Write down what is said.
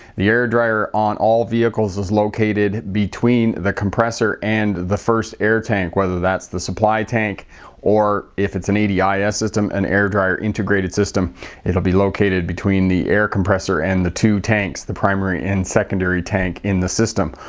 the air dryer on all vehicles is located between the compressor and the first air tank, whether that's the supply tank or if it's an adis ah an and air dryer integrated system it will be located between the air compressor and the two tanks the primary and secondary tank in the system.